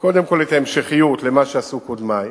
קודם כול את ההמשכיות למה שעשו קודמי,